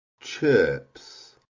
chirps